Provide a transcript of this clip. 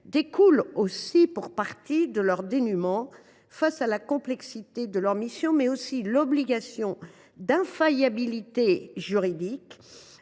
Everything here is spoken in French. découle aussi pour partie de leur dénuement face à la complexité de leurs missions, mais aussi à l’obligation d’infaillibilité juridique